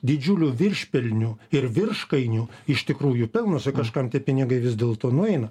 didžiulių viršpelnių ir virškainių iš tikrųjų pelnosi kažkam tie pinigai vis dėlto nueina